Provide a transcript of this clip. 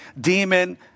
demon